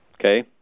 okay